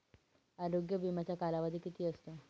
आरोग्य विम्याचा कालावधी किती असतो?